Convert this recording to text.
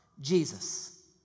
Jesus